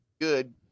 good